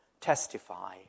testify